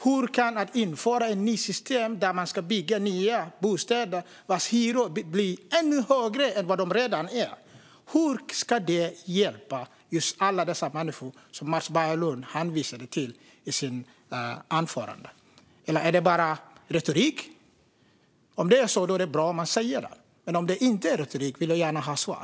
Hur kan införandet av ett nytt system, där man ska bygga nya bostäder vars hyror kommer att bli ännu högre än de hyror som finns i dag, hjälpa alla de människor som Mats Berglund hänvisade till i sitt anförande? Handlar det bara om retorik? I så fall är det bra om man säger det. Men om det inte är retorik vill jag gärna få ett svar.